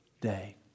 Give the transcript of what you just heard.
day